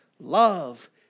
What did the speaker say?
love